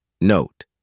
Note